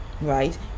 right